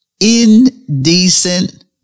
Indecent